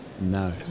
No